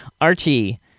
Archie